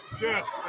Yes